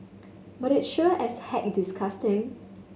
but it sure as heck disgusting